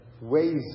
ways